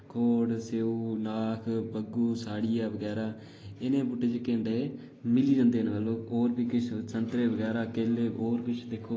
खोड़ स्यौ नाख बग्गू साड़ियां बगैरा इन्ने बूह्टे जेह्के मिली जंदे न लोक होर बी किश संतरे बगैरा केले होर किश दिक्खो